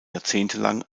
jahrzehntelang